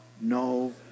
No